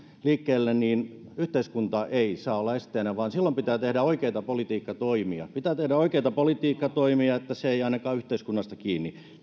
liikkeelle niin yhteiskunta ei saa olla esteenä vaan silloin pitää tehdä oikeita politiikkatoimia pitää tehdä oikeita politiikkatoimia niin että se ei ole ainakaan yhteiskunnasta kiinni